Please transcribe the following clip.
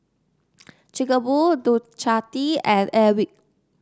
Chic A Boo Ducati and Airwick